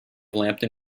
lambton